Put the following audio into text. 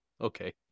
okay